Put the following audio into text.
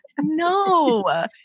No